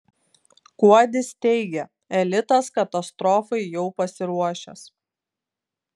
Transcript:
kuodis teigia elitas katastrofai jau pasiruošęs